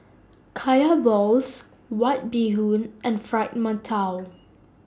Kaya Balls White Bee Hoon and Fried mantou